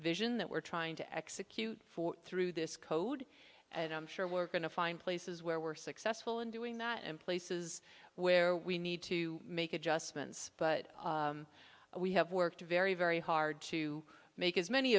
vision that we're trying to execute for through this code and i'm sure we're going to find places where we're successful in doing that in places where we need to make adjustments but we have worked very very hard to make as many